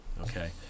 Okay